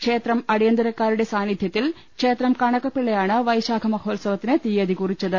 ക്ഷേത്രം അടിയന്തരക്കാരുടെ സാന്നിധ്യ ത്തിൽ ക്ഷേത്രം കണക്കപ്പിള്ളയാണ് വൈശാഖ മഹോ ത്സവത്തിന് തീയതി കുറിച്ചത്